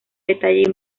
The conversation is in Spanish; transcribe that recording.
detalle